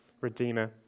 redeemer